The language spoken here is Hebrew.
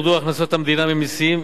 ירדו הכנסות המדינה ממסים,